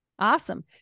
Awesome